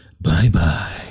Bye-bye